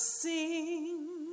sing